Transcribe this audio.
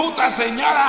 Señora